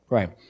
Right